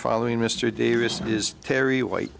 following mr davis is terry white